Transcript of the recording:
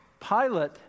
Pilate